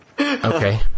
okay